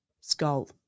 skull